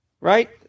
right